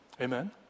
Amen